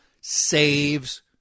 Saves